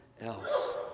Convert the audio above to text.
else